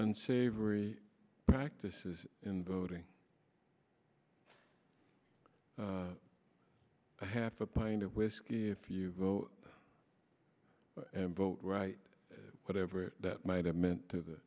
unsavory practices in voting for half a pint of whiskey if you vote and vote right whatever that might have meant to the